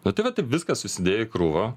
nu tai va taip viskas susidėjo į krūvą